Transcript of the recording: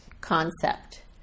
concept